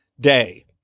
day